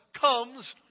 comes